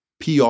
PR